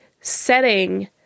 setting